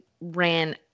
ran